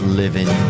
living